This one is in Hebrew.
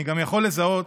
אני גם יכול לזהות